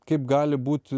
kaip gali būt